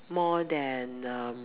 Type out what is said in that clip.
more than um